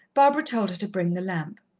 barbara told her to bring the lamp.